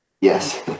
Yes